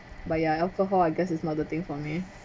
but yeah alcohol I guess is not the thing for me